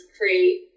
create